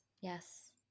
yes